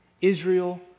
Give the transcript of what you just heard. Israel